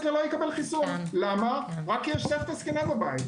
לא יקבל חיסון רק כי יש סבתא זקנה בבית.